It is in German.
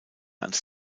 ans